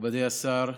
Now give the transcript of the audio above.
מכובדי השר,